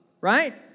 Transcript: right